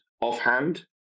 offhand